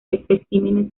especímenes